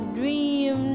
dream